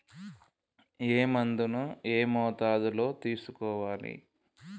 ఏ మందును ఏ మోతాదులో తీసుకోవాలి?